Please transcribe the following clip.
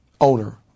owner